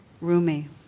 Rumi